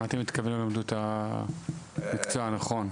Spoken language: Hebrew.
מה אתם מתכוון ילמדו את המקצוע הנכון?